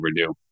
overdue